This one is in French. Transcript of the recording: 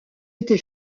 été